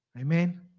Amen